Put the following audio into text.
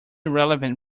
relevant